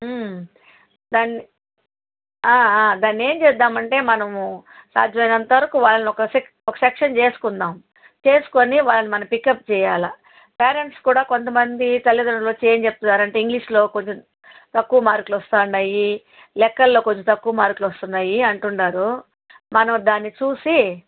దాన్ని ఏం చేద్దామంటే మనము సాధ్యమైనంత వరకు వాళ్ళను ఒక సెక్షన్ చేసుకుందాం చేసుకొని వాళ్ళను మనం పికప్ చేయాలి పేరెంట్స్ కూడా కొంతమంది తల్లిదండ్రులు వచ్చి ఏం చెప్తున్నారంటే ఇంగ్లీష్లో కొంచెం తక్కువ మార్కులు వస్తున్నాయి లెక్కల్లో కొంచెం తక్కువ మార్కులు వస్తున్నాయి అంటున్నారు మనం దాన్ని చూసి